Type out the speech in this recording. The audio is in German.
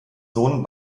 sohn